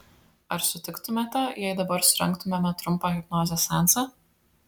ar sutiktumėte jei dabar surengtumėme trumpą hipnozės seansą